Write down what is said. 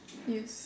use